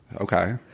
Okay